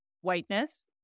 whiteness